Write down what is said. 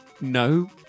No